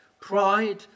Pride